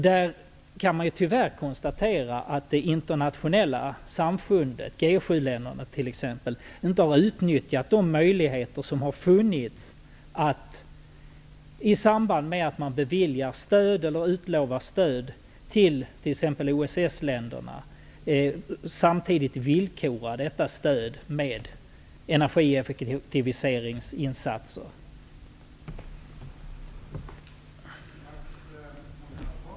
Där kan man tyvärr konstatera att det internationella samfundet, t.ex. G 7-länderna, inte har utnyttjat de möjligheter som har funnits för att i samband med att man utlovar stöd till t.ex. OSS-länderna villkora detta stöd med insatser för att effektivisera energianvändningen.